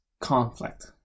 conflict